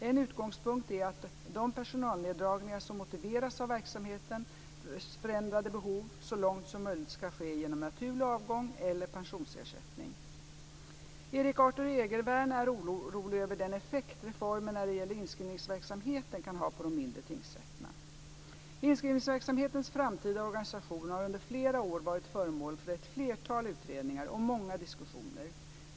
En utgångspunkt är att de personalneddragningar som motiveras av verksamhetens förändrade behov så långt som möjligt ska ske genom naturlig avgång eller pensionsersättning. Erik Arthur Egervärn är orolig över den effekt reformen när det gäller inskrivningsverksamheten kan ha på de mindre tingsrätterna. Inskrivningsverksamhetens framtida organisation har under flera år varit föremål för ett flertal utredningar och många diskussioner.